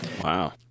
Wow